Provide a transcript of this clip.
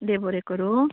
देव बरे करूं